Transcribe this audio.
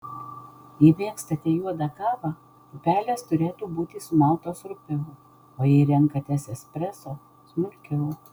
jei mėgstate juodą kavą pupelės turėtų būti sumaltos rupiau o jei renkatės espreso smulkiau